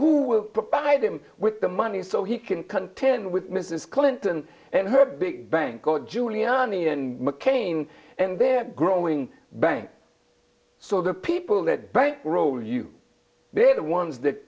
who will provide him with the money so he can contend with mrs clinton and her big bank god giuliani and mccain and their growing bank so the people that bankroll you they're the ones that